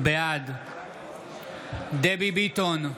בעד דבי ביטון,